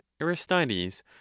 aristides